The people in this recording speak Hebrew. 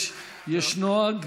יש נוהג.